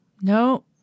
No